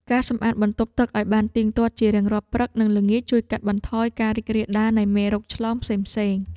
ការសម្អាតបន្ទប់ទឹកឱ្យបានទៀងទាត់ជារៀងរាល់ព្រឹក និងល្ងាចជួយកាត់បន្ថយការរីករាលដាលនៃមេរោគឆ្លងផ្សេងៗ។